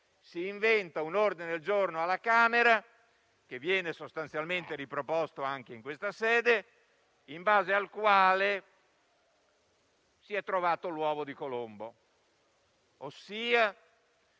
si inventa un ordine del giorno, alla Camera dei deputati, che viene sostanzialmente riproposto anche in questa sede, in base al quale viene trovato l'uovo di Colombo.